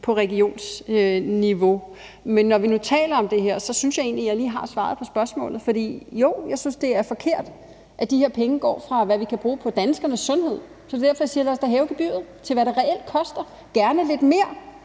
på regionsniveau. Men når vi nu taler om det her, synes jeg egentlig, jeg lige har svaret på spørgsmålet. For jo, jeg synes, det er forkert, at de her penge går til det her i stedet for at blive brugt på danskernes sundhed, så det er derfor, jeg siger: Lad os da hæve gebyret til, hvad det reelt koster og gerne lidt mere.